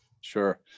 Sure